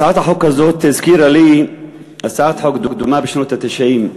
הצעת החוק הזאת הזכירה לי הצעת חוק דומה בשנות ה-90.